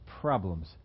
problems